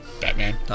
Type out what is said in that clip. Batman